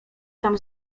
tam